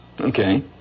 Okay